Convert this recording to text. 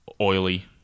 oily